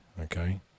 okay